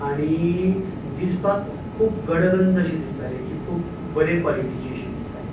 आनी दिसपाक खूब गडगंज अशी दिसताली की खूब बरे कॉलिटीची अशी दिसताली